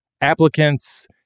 applicants